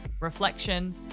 reflection